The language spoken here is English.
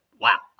wow